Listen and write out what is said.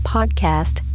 Podcast